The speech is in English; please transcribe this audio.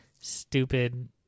stupid